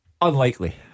Unlikely